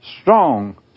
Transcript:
strong